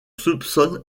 soupçonne